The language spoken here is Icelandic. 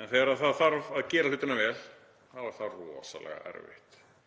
En þegar það þarf að gera hlutina vel þá er það rosalega erfitt.